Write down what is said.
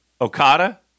Okada